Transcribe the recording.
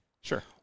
Sure